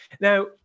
Now